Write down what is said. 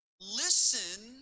listen